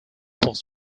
was